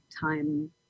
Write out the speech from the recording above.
time